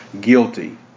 guilty